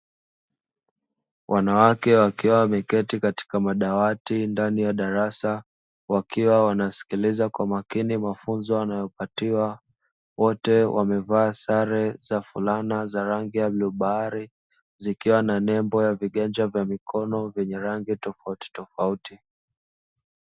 Wanawake wakiwa wameketi katika madawati ndani ya darasa, wakiwa wanasikiliza kwa makini mafunzo wanayopatiwa. Wote wamevaa sare za fulana za rangi ya bluu bahari zikiwa na nembo ya viganja vya mikono vyenye rangi tofauti tofauti.